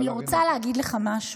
אני רוצה להגיד לך משהו.